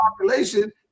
population